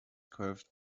curved